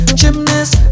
gymnast